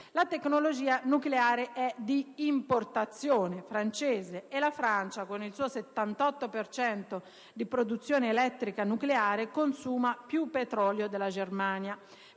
la tecnologia nucleare è di importazione francese e la Francia, con il suo 78 per cento di produzione elettrica nucleare, consuma più petrolio della Germania: